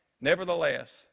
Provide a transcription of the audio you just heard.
nevertheless